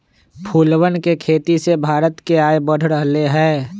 फूलवन के खेती से भारत के आय बढ़ रहले है